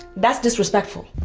that's disrespectful.